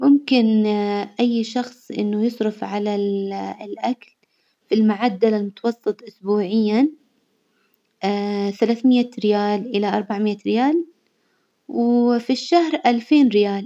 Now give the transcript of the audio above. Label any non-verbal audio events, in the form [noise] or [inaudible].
ممكن [hesitation] أي شخص إنه يصرف على ال- الأكل بالمعدل المتوسط أسبوعيا [hesitation] ثلاثمية ريال إلى أربعمية ريال، وفي الشهر ألفين ريال.